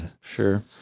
Sure